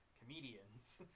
comedians